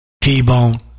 T-Bone